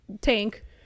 tank